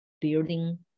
building